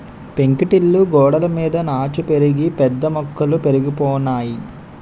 పెంకుటిల్లు గోడలమీద నాచు పెరిగి పెద్ద మొక్కలు పెరిగిపోనాయి